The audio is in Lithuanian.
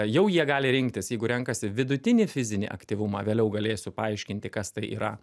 jau jie gali rinktis jeigu renkasi vidutinį fizinį aktyvumą vėliau galėsiu paaiškinti kas tai yra